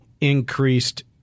increased